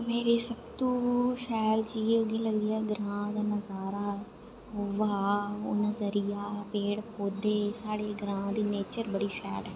मेरी सब तू शैल चीज़ जेह्ड़ी लगदी ऐ ओह् ग्रां दा नजारा ब्हा ओह् नजरिया पेड़ पौधे साढ़े ग्रां दे ग्रां दी नेचर बड़ी शैल ऐ